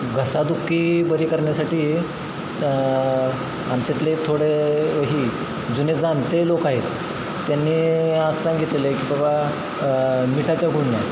घसादुखी बरी करण्यासाठी आमच्यातले थोडे जे जुने जाणते लोक आहेत त्यांनी असं सांगितलेलं आहे की बाबा मीठाच्या गुळण्या